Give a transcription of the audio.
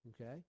okay